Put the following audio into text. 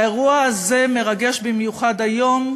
והאירוע הזה מרגש במיוחד היום,